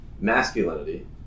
masculinity